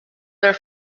their